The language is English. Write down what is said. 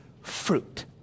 fruit